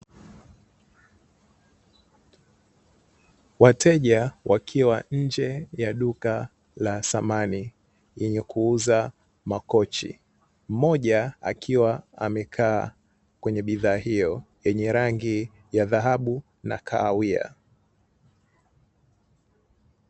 Wateja wakiwa nje ya duka la samani, lenye kuuza makochi, mmoja akiwa amekaa kwenye bidhaa hiyo, yenye rangi ya dhahabu na kahawia.